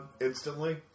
instantly